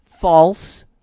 false